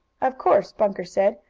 of course, bunker said.